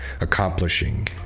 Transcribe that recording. accomplishing